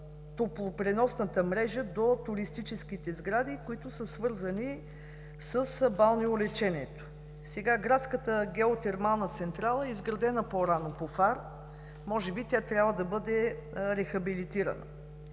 топлопреносната мрежа до туристическите сгради, които са свързани с балнеолечението. Градската геотермална централа е изградена по-рано по ФАР. Може би тя трябва да бъде рехабилитирана.